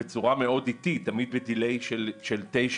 בצורה מאוד איטית: תמיד בעיכוב של תשע